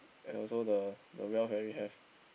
and also the the wealth that we have